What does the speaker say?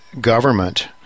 government